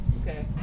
Okay